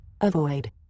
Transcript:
Avoid